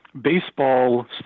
baseball